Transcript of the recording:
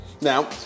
Now